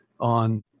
on